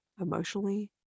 emotionally